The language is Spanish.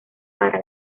para